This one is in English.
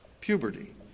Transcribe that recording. puberty